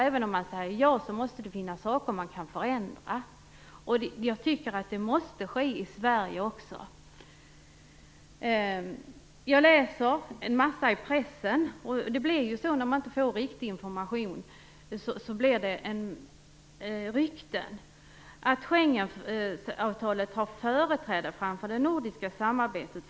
Även om man säger ja, måste det finnas saker man kan förändra. Jag tycker att det måste ske i Sverige också. Jag läser mycket i pressen - när man inte får riktig information blir det ju rykten - att Schengenavtalet har företräde framför det nordiska samarbetet.